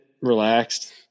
relaxed